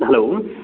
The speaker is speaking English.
hello